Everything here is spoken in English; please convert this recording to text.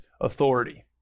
authority